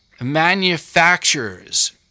manufacturers